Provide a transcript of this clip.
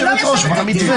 לא רוצה לשבת איתך.